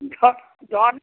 ধন